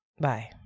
Bye